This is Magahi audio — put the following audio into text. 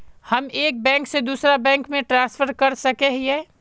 हम एक बैंक से दूसरा बैंक में ट्रांसफर कर सके हिये?